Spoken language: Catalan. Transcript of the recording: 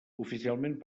oficialment